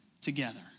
together